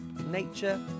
Nature